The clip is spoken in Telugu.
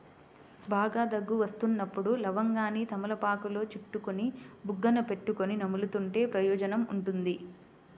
బాగా దగ్గు వస్తున్నప్పుడు లవంగాన్ని తమలపాకులో చుట్టుకొని బుగ్గన పెట్టుకొని నములుతుంటే ప్రయోజనం ఉంటుంది